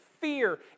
fear